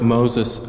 Moses